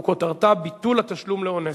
וכותרתה: ביטול התשלום לאונסק"ו.